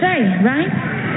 Right